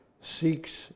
seeks